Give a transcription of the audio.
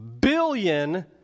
billion